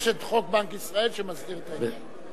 יש חוק בנק ישראל שמסדיר את העניין.